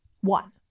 one